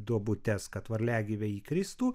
duobutes kad varliagyviai įkristų